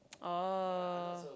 oh